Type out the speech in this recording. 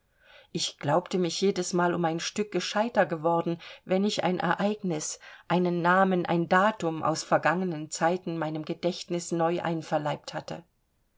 ich glaubte mich jedesmal um ein stück gescheiter geworden wenn ich ein ereignis einen namen ein datum aus vergangenen zeiten meinem gedächtnis neu einverleibt hatte